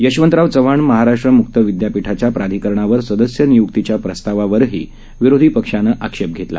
यशवंतरावचव्हाणमहाराष्ट्रम्क्तविद्यापीठाच्याप्राधिकरणावरसदस्यनियुक्तीच्याप्रस्तावावरहीविरोधीपक्षा नंआक्षेपघेतला